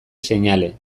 seinale